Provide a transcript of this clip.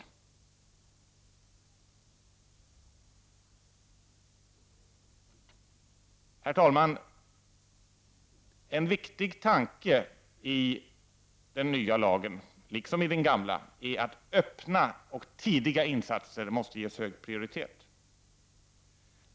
Herr talman! En viktig tanke i den nya lagen, liksom i den gamla, är att öppna och tidiga insatser måste ges hög prioritet.